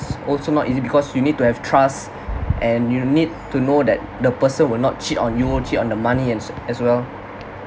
also not easy because you need to have trust and you need to know that the person will not cheat on you cheat on the money and s~ as well